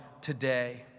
today